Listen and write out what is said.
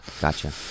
gotcha